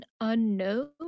Unknown